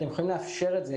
אתם יכולים לאפשר את זה.